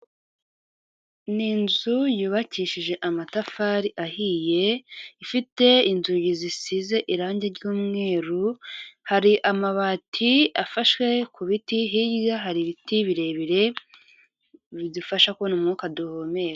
Ni inzu yubakishije amatafari ahiye ifite inzugi zisize irangi ry'umweru, hari amabati afasheshwe ku biti hirya hari ibiti birebire bidufasha kubona umwuka duhumeka.